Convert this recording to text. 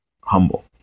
humble